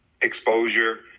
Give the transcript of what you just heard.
exposure